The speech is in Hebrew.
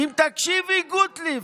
אם תקשיבי, גוּטְליב.